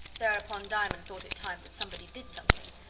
thereupon diamond thought it time that somebody did something,